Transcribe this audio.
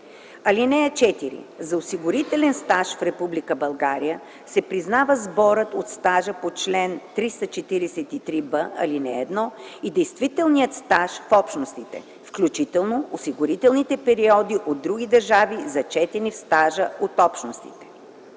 (4) За осигурителен стаж в Република България се признава сборът от стажа по чл. 343б, ал. 1 и действителният стаж в Общностите, включително осигурителните периоди от други държави, зачетени в стажа от Общностите.